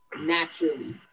naturally